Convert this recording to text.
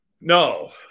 no